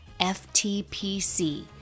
ftpc